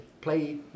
play